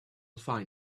fine